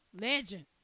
legend